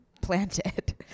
planted